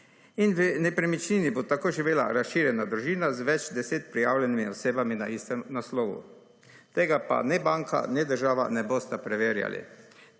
In v nepremičnini bo tako živela razširjena družina z več 10 prijavljenimi osebami na istem naslovu. Tega pa ne banka ne država ne bosta preverjali.